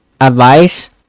advice